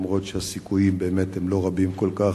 אף שהסיכויים באמת הם לא רבים כל כך.